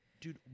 dude